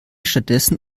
stattdessen